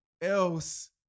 else